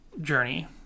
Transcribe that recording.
Journey